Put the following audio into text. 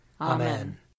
Amen